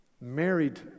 married